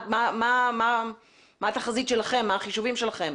מה החישובים שלכם?